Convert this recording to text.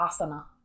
asana